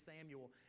Samuel